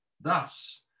Thus